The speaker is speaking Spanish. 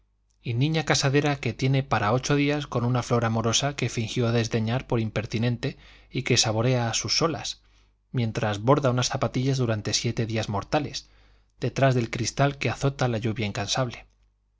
y niña casadera que tiene para ocho días con una flor amorosa que fingió desdeñar por impertinente y que saborea a sus solas mientras borda unas zapatillas durante siete días mortales detrás del cristal que azota la lluvia incansable